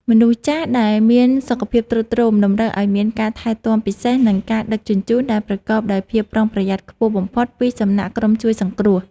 មនុស្សចាស់ដែលមានសុខភាពទ្រុឌទ្រោមតម្រូវឱ្យមានការថែទាំពិសេស និងការដឹកជញ្ជូនដែលប្រកបដោយភាពប្រុងប្រយ័ត្នខ្ពស់បំផុតពីសំណាក់ក្រុមជួយសង្គ្រោះ។